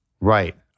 Right